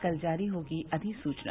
कल जारी होगी अधिसूचना